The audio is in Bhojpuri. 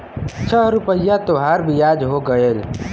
छह रुपइया तोहार बियाज हो गएल